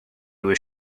was